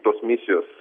tos misijos